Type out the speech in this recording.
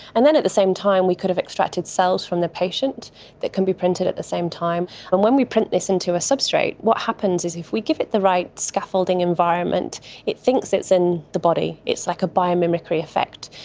and then at the same time we could have extracted cells from the patient that can be printed at the same time. and when we print this into a substrate what happens is if we give it the right scaffolding environment it thinks it's in the body, it's like a biomimicry effect.